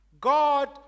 God